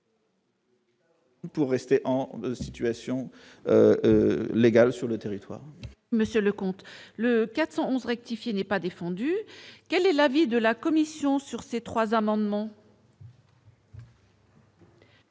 Pour rester en situation légale sur le territoire. Monsieur Leconte le 411 rectifier n'est pas défendu, quel est l'avis de la Commission sur ces 3 amendements.